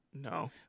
no